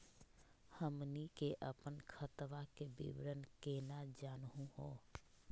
हमनी के अपन खतवा के विवरण केना जानहु हो?